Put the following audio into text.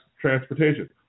transportation